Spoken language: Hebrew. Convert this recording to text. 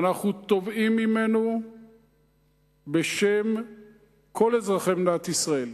ואנחנו תובעים ממנו בשם כל אזרחי מדינת ישראל,